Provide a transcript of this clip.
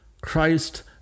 Christ